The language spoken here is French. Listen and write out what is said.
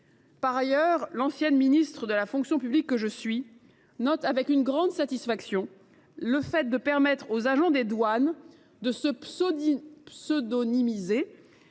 Par ailleurs, l’ancienne ministre de la fonction publique que je suis note avec une grande satisfaction que les agents des douanes pourront se pseudonymiser.